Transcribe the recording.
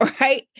right